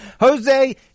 Jose